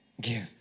give